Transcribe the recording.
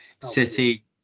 City